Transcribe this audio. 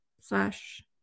slash